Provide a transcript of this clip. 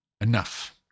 enough